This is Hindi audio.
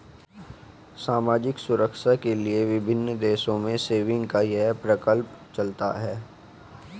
सामाजिक सुरक्षा के लिए विभिन्न देशों में सेविंग्स का यह प्रकल्प चलता है